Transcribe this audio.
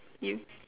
if